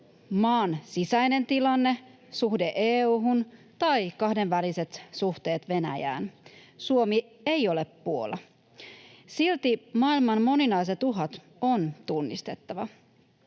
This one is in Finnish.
maan sisäinen tilanne, suhde EU:hun tai kahdenväliset suhteet Venäjään. Suomi ei ole Puola. Silti maailman moninaiset uhat on tunnistettava.